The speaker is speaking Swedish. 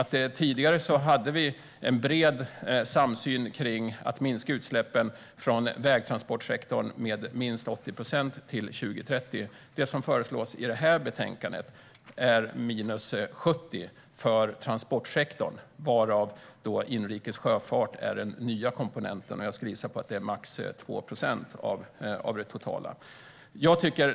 Tidigare hade vi en bred samsyn om att minska utsläppen från vägtransportsektorn med minst 80 procent till 2030. Det som föreslås i det här betänkandet är minus 70 för transportsektorn, varav inrikes sjöfart är den nya komponenten. Jag skulle gissa på att det är max 2 procent av det totala.